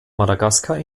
madagaskar